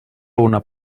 una